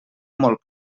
molt